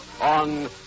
on